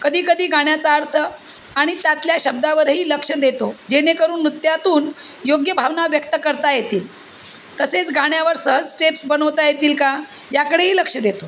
कधीकधी गाण्याचा अर्थ आणि त्यातल्या शब्दावरही लक्ष देतो जेणेकरून नृत्यातून योग्य भावना व्यक्त करता येतील तसेच गाण्यावर सहज स्टेप्स बनवता येतील का याकडेही लक्ष देतो